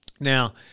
Now